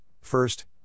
First